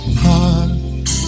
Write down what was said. heart